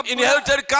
Inherited